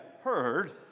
heard